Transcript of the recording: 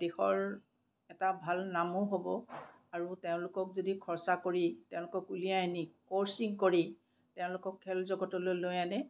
দেশৰ এটা ভাল নামো হ'ব আৰু তেওঁলোকক যদি খৰচ কৰি উলিয়াই আনি কচিং কৰি তেওঁলোকক খেল জগতলৈ লৈ আনে